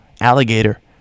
Alligator